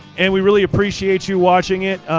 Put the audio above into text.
and we really appreciate you watching it.